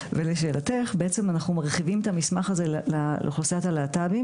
בעצם אנחנו מרחיבים את המסך הזה לאוכלוסיית הלהט"בים